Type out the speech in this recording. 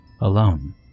alone